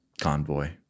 convoy